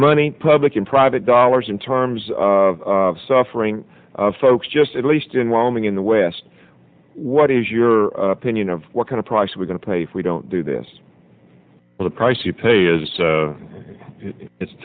money public and private dollars in terms of suffering folks just at least in wyoming in the west what is your opinion of what kind of price we're going to pay for we don't do this for the price you pay is it's